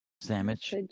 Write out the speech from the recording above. sandwich